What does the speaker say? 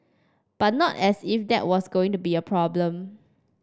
but not as if that was going to be a problem